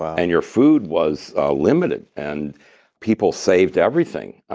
and your food was ah limited. and people saved everything.